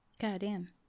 Goddamn